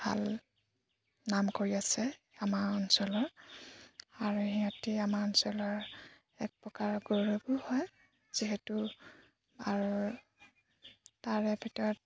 ভাল নাম কৰি আছে আমাৰ অঞ্চলৰ আৰু সিহঁত আমাৰ অঞ্চলৰ এক প্ৰকাৰ গৌৰৱো হয় যিহেতু আৰু তাৰে ভিতৰত